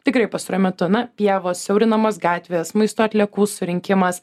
tikrai pastaruoju metu na pievos siaurinamos gatvės maisto atliekų surinkimas